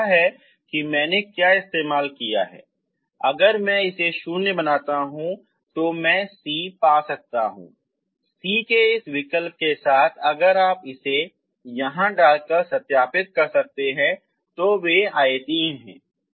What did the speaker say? तो यह है कि मैंने क्या इस्तेमाल किया अगर मैं इसे शूंय बनाता हूँ तो मैं c पा सकता हूँ c के इस विकल्प के साथ अगर आप इसे यहां डालकर सत्यापित कर सकते है कि वे आयतीय हैं